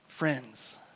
Friends